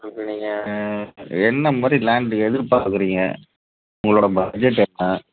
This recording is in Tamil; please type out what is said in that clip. இப்போ நீங்கள் என்ன மாதிரி லேண்டு எதிர்பார்க்கறீங்க உங்களோடய பட்ஜெட் என்ன